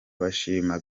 bashima